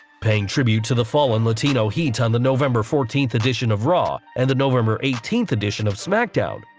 paying tribute to the fallen latino heat on the november fourteenth edition of raw and the november eighteenth edition of smackdown,